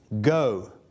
go